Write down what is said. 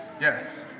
Yes